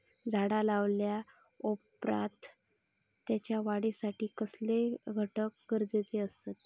झाड लायल्या ओप्रात त्याच्या वाढीसाठी कसले घटक गरजेचे असत?